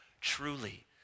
truly